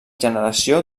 generació